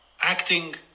acting